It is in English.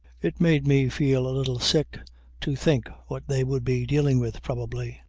it made me feel a little sick to think what they would be dealing with, probably.